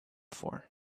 for